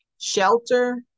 shelter